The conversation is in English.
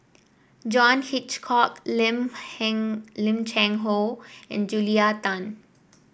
John Hitchcock Lim Cheng Hoe and Julia Tan